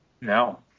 No